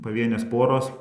pavienės poros